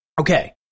okay